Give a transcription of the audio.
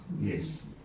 Yes